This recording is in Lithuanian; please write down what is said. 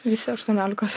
visi aštuoniolikos